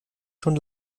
schon